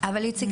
אבל איציק,